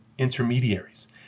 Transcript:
intermediaries